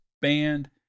band